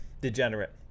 degenerate